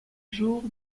jour